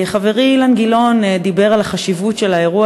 חברי אילן גילאון דיבר על החשיבות של האירוע